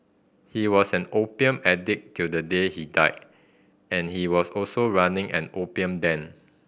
he was an opium addict till the day he died and he was also running an opium den